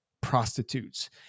prostitutes